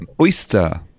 oyster